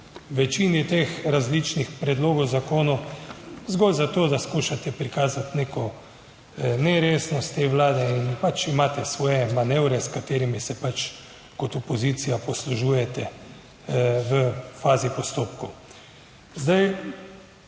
večini teh različnih predlogov zakonov zgolj zato, da skušate prikazati neko neresnost te Vlade in pač imate svoje manevre, s katerimi se pač kot opozicija poslužujete v fazi postopkov. Zdaj